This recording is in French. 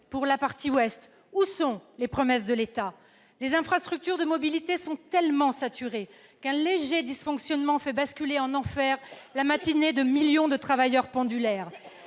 pour la partie ouest. Où sont les promesses de l'État ? Les infrastructures de mobilité sont tellement saturées qu'un léger dysfonctionnement fait basculer en enfer la matinée de millions de travailleurs pendulaires.